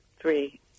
three